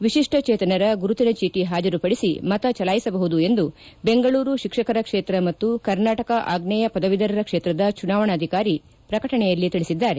ವಿಶಿಷ್ವ ಚೇತನರ ಗುರುತಿನ ಚೀಟಿ ಹಾಜರುಪಡಿಸಿ ಮತಚಲಾಯಿಸಬಹುದು ಎಂದು ಬೆಂಗಳೂರು ಶಿಕ್ಷಕರ ಕ್ಷೇತ್ರ ಮತ್ತು ಕರ್ನಾಟಕ ಆಗ್ನೇಯ ಪದವೀಧರರ ಕ್ಷೇತ್ರದ ಚುನಾವಣಾಧಿಕಾರಿ ಪ್ರಕಟಣೆಯಲ್ಲಿ ತಿಳಿಸಿದ್ದಾರೆ